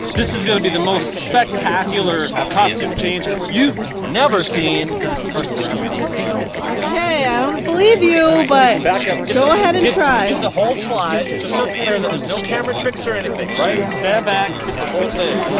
this is going to be the most spectacular costume change you've never seen because it's the first time ever being seen. okay, i don't believe you, but back up! go ahead and try. get the whole slide, just so it's clear that there's no camera tricks or anything, right? stand back, get the whole thing.